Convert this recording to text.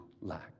lack